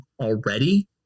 already